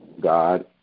God